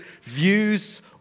views